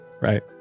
right